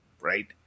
right